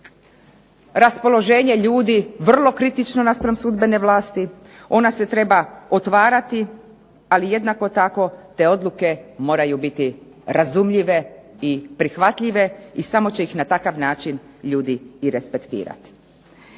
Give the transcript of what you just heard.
raspoloženje ljudi vrlo kritično naspram sudbene vlasti, ona se treba otvarati, ali jednako tako te odluke moraju biti razumljive i prihvatljive i samo će ih na takav način ljudi i respektirati.